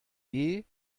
teil